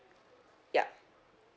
yup